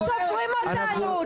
לא סופרים אותנו,